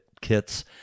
kits